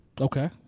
Okay